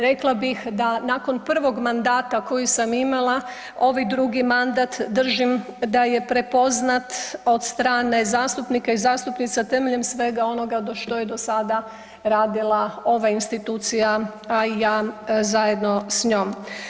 Rekla bih da nakon prvog mandata koji sam imala ovaj drugi mandat držim da je prepoznat od strane zastupnika i zastupnica temeljem svega onoga što je do sada radila ova institucija, a i ja zajedno s njom.